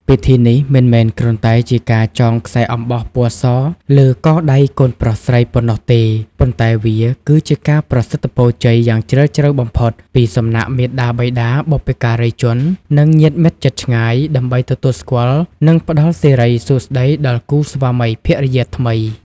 ពិធីនេះមិនមែនគ្រាន់តែជាការចងខ្សែអំបោះពណ៌សលើកដៃកូនប្រុសស្រីប៉ុណ្ណោះទេ ប៉ុន្តែវាគឺជាការប្រសិទ្ធពរជ័យយ៉ាងជ្រាលជ្រៅបំផុតពីសំណាក់មាតាបិតា បុព្វការីជន និងញាតិមិត្តជិតឆ្ងាយ ដើម្បីទទួលស្គាល់ និងផ្តល់សិរីសួស្តីដល់គូស្វាមីភរិយាថ្មី។